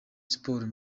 sports